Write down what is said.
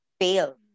fail